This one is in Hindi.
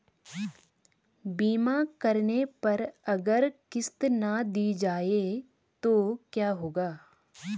बीमा करने पर अगर किश्त ना दी जाये तो क्या होगा?